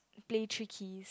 play three keys